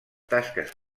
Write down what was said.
tasques